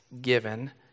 given